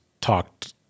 talked